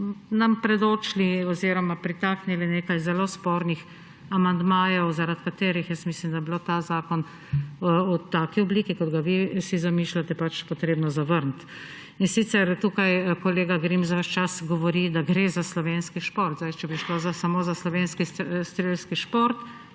nam predočili oziroma pritaknili nekaj zelo spornih amandmajev, zaradi katerih jaz mislim, da bi bilo ta zakon v taki obliki, kot ga vi si zamišljate, treba zavrniti. Tukaj kolega Grims ves čas govori, da gre za slovenski šport. Če bi šlo samo za slovenski strelski šport,